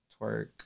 twerk